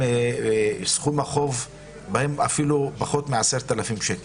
סכום החוב בהם הוא אפילו פחות מ-10,000 שקל.